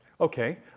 Okay